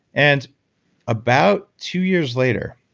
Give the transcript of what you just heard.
and about two years later,